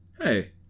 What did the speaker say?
hey